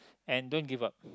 and don't give up